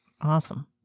Awesome